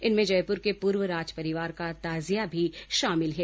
इनमें जयपुर के पूर्व राजपरिवार का ताजिया भी शामिल है